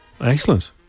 Excellent